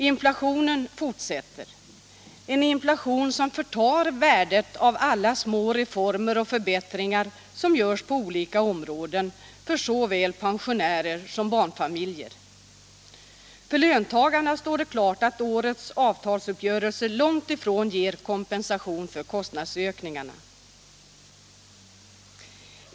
Inflationen fortsätter — en inflation som förtar värdet av alla små reformer och förbättringar som görs på olika områden, för såväl pensionärer som barnfamiljer. För löntagarna står det klart att årets avtalsuppgörelse långt ifrån ger kompensation för kostnadsökningarna.